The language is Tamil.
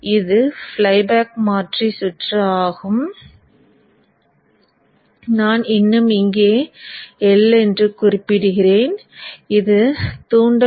இது ஃப்ளைபேக் மாற்றி சுற்று ஆகும் நான் இன்னும் இங்கே L என்று குறிப்பிடுகிறேன் இது ஒரு தூண்டல்